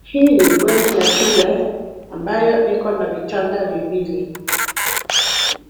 Hii ni bweni ya shule ambayo iko na vitanda viwili,